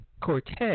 Cortez